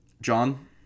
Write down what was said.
John